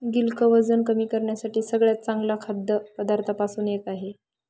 गिलक वजन कमी करण्यासाठी सगळ्यात चांगल्या खाद्य पदार्थांमधून एक आहे